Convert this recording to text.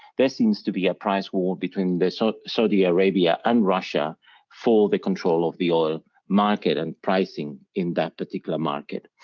there seems to be a price war between the so saudi arabia and russia for the control of the oil market and pricing in that particular market.